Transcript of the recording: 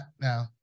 now